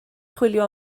chwilio